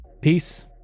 Peace